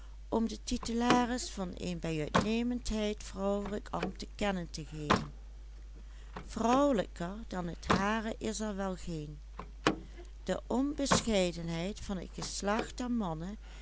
ambt te kennen te geven vrouwelijker dan het hare is er wel geen de onbescheidenheid van het geslacht der mannen